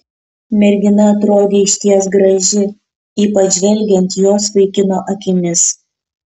mergina atrodė išties graži ypač žvelgiant jos vaikino akimis